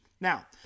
Now